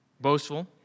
Boastful